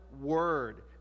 word